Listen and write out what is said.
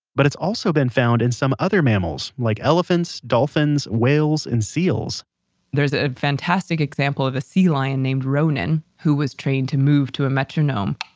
but it's also been found in some other mammals, like elephants, dolphins, whales and seals there's a a fantastic example of a sea lion named ronan who was trained to move to a metronome,